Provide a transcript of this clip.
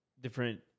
different